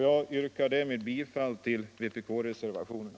Jag yrkar därmed bifall till vpk-reservationen.